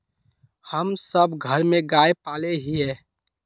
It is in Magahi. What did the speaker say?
हम सब घर में गाय पाले हिये?